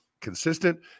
consistent